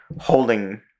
holding